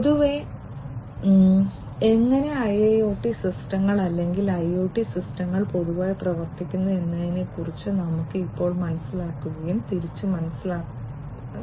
പൊതുവേ എങ്ങനെ IIoT സിസ്റ്റങ്ങൾ അല്ലെങ്കിൽ IoT സിസ്റ്റങ്ങൾ പൊതുവായി പ്രവർത്തിക്കുന്നു എന്നതിനെ കുറിച്ച് നമുക്ക് ഇപ്പോൾ മനസ്സിലാക്കുകയും തിരിച്ച് മനസ്സിലാക്കുകയും ചെയ്യാം